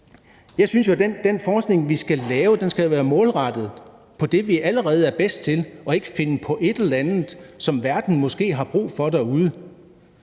Jeg synes jo, at den forskning, vi skal lave, skal være målrettet på det, vi allerede er bedst til, og ikke finde på et eller andet, som verden derude måske har brug for.